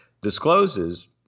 discloses